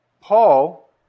Paul